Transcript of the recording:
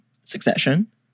Succession